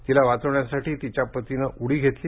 तिला वाचवण्यासाठी तिच्या पतीनं उडी घेतली